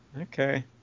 Okay